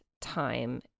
time